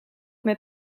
met